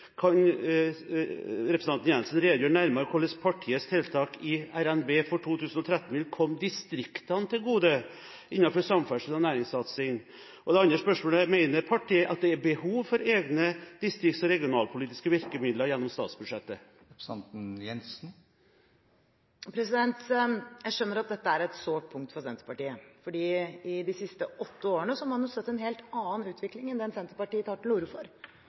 Kan representanten Jensen redegjøre nærmere for hvordan partiets tiltak i revidert nasjonalbudsjett for 2013 vil komme distriktene til gode innenfor samferdsels- og næringssatsing? Det andre spørsmålet er: Mener partiet at det er behov for egne distrikts- og regionalpolitiske virkemidler gjennom statsbudsjettet? Jeg skjønner at dette er et sårt punkt for Senterpartiet, for i de siste åtte årene har man sett en helt annen utvikling enn den Senterpartiet tar til orde for.